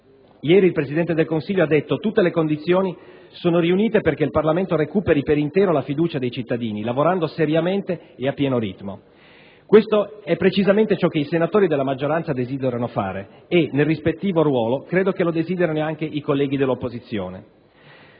Ieri il Presidente del Consiglio ha detto che tutte le condizioni sono presenti affinché il Parlamento recuperi per intero la fiducia dei cittadini lavorando seriamente e a pieno ritmo. Questo è precisamente ciò che i senatori della maggioranza desiderano fare e, nel rispettivo ruolo, credo che lo desiderino anche i colleghi dell'opposizione.